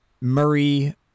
Murray